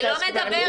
מה הייתה ההסכמה?